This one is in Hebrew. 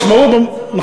שם א'-ב' זה בית-ספר פתוח.